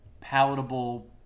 palatable